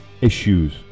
issues